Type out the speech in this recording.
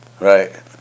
Right